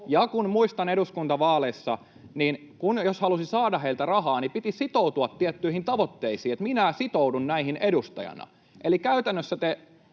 että jos eduskuntavaaleissa halusi saada heiltä rahaa, niin piti sitoutua tiettyihin tavoitteisiin niin, että ”minä sitoudun näihin edustajana”. Eli käytännössä te